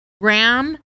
ram